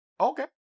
Okay